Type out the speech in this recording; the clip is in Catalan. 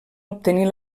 obtenir